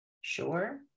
Sure